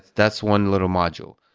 that's one little module.